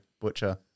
Butcher